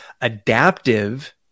adaptive